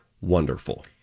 wonderful